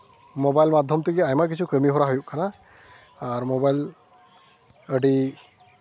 mobile ᱢᱟᱫᱽᱫᱷᱚᱢ ᱛᱮᱜᱮ ᱟᱭᱢᱟ ᱠᱤᱪᱷᱩ ᱠᱟᱹᱢᱤᱦᱚᱨᱟ ᱦᱩᱭᱩᱜ ᱠᱟᱱᱟ ᱟᱨ ᱢᱳᱵᱟᱭᱤᱞ ᱟᱹᱰᱤ